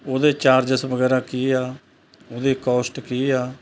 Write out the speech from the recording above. ਉਹਦੇ ਚਾਰਜਸ ਵਗੈਰਾ ਕੀ ਆ ਉਹਦੀ ਕੋਸਟ ਕੀ ਆ